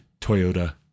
Toyota